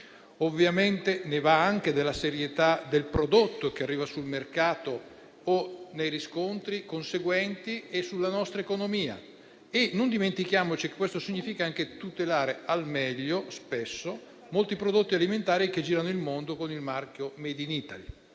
Ovviamente ne va anche della serietà del prodotto che arriva sul mercato o nei riscontri conseguenti e sulla nostra economia. Non dimentichiamoci che questo significa spesso anche tutelare al meglio molti prodotti alimentari che girano il mondo con il marchio *made in Italy*.